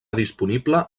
disponible